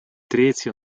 третье